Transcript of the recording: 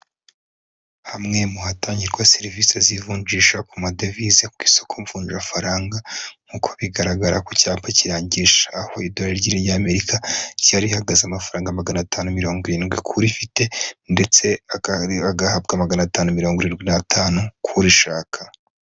Hamwe mu hatangirwa serivisi z'ivunjisha ku madevize ku isoko mvunjafaranga, nk'uko bigaragara ku cyapa kirangisha aho idorari ry'irinyamerika ryari rihagaze amafaranga magana atanu mirongo irindwi ku urifite, ndetse agahabwa magana atanu mirongo irindwi n'atanu ku urishaka.